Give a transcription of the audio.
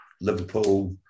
Liverpool